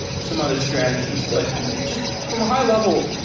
some other strategies. but just from a high-level,